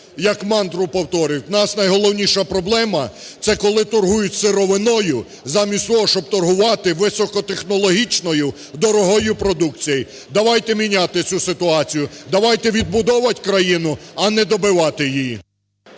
як мантру повторюю, у нас найголовніша проблема це коли торгують сировиною замість того, щоб торгувати високотехнологічною дорогою продукцією. Давайте міняти цю ситуацію, давайте відбудовувати країну, а не добивати її.